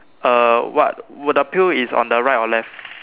uh what would the pill is on the right or left